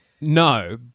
No